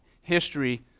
history